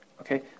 Okay